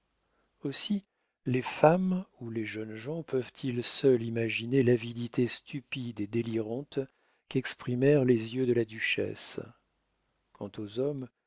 aussi les femmes ou les jeunes gens peuvent-ils seuls imaginer l'avidité stupide et délirante qu'exprimèrent les yeux de la duchesse quant aux hommes